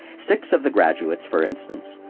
six of the graduates, for instance,